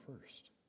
first